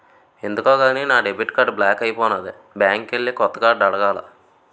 ఎందుకో గాని నా డెబిట్ కార్డు బ్లాక్ అయిపోనాది బ్యాంకికెల్లి కొత్త కార్డు అడగాల